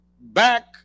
Back